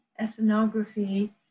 ethnography